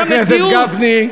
חבר הכנסת גפני.